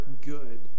good